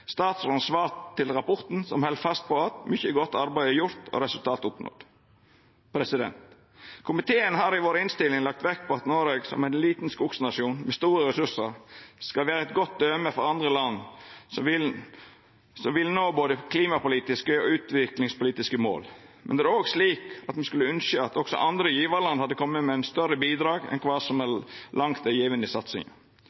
statsråden sitt svar til rapporten, som held fast på at mykje godt arbeid er gjort og resultat oppnådd. Komiteen har i innstillinga si lagt vekt på at Noreg, som ein liten skognasjon med store ressursar, skal vera eit godt døme for andre land som vil nå både klimapolitiske og utviklingspolitiske mål. Men det er òg slik at me skulle ynskja at også andre gjevarland hadde kome med endå større bidrag enn kva som så langt er